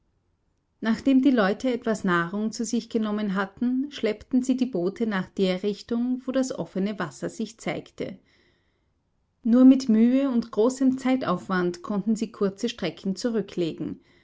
nachdem die leute etwas nahrung zu sich genommen hatten schleppten sie die boote nach der richtung wo das offene wasser sich zeigte nur mit mühe und großem zeitaufwand konnten sie kurze strecken zurücklegen